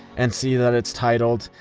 and see that it's titled,